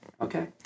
Okay